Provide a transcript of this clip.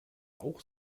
auch